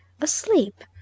Asleep